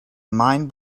mind